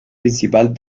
principal